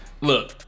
look